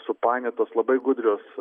supainiotos labai gudrios